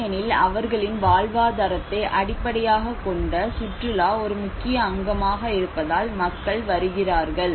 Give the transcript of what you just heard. ஏனெனில் அவர்களின் வாழ்வாதாரத்தை அடிப்படையாகக் கொண்ட சுற்றுலா ஒரு முக்கிய அங்கமாக இருப்பதால் மக்கள் வருகிறார்கள்